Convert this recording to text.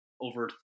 over